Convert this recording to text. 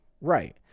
right